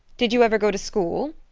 did you ever go to school?